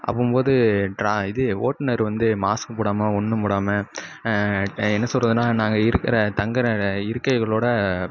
அப்பும்போது டிரா இது ஓட்டுனர் வந்து மாஸ்க்கு போடாமல் ஒன்றும் போடாமல் ட என்ன சொல்றதுனால் நாங்கள் இருக்கிற தங்கற இருக்கைகளோட